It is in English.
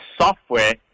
software